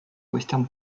western